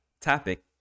topic